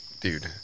dude